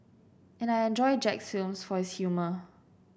and I enjoy Jack's films for his humour